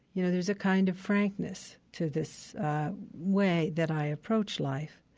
you know, there's a kind of frankness to this way that i approach life.